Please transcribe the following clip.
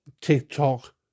TikTok